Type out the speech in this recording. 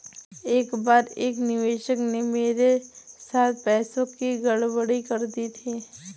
एक बार एक निवेशक ने मेरे साथ पैसों की गड़बड़ी कर दी थी